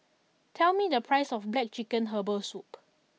tell me the price of Black Chicken Herbal Soup